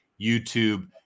YouTube